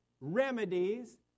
remedies